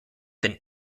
than